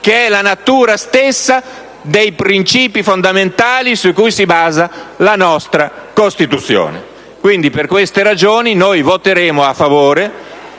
la natura stessa dei principi fondamentali su cui si basa la nostra Costituzione. Per tali ragioni, voteremo a favore